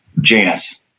Janus